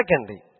Secondly